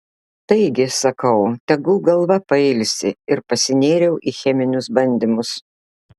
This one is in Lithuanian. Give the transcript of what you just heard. taigi sakau tegul galva pailsi ir pasinėriau į cheminius bandymus